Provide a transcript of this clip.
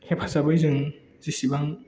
हेफाजाबै जों जेसेबां